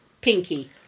Pinky